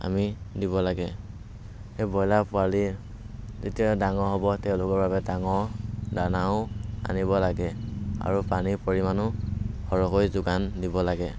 আমি দিব লাগে সেই ব্ৰইলাৰ পোৱালি যেতিয়া ডাঙৰ হ'ব তেওঁলোকৰ বাবে ডাঙৰ দানাও আনিব লাগে আৰু পানীৰ পৰিমাণো সৰহকৈ যোগান দিব লাগে